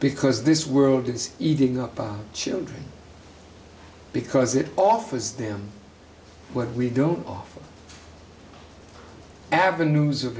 because this world is eating up on children because it offers them what we don't all avenues of